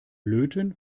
löten